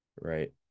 right